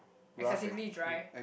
excessively dry